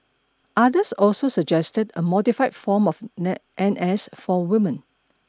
others also suggested a modified form of N S for women